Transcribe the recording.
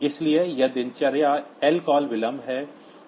इसलिए यह दिनचर्या लकाल विलंब है